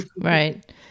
right